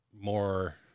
more